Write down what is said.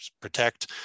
protect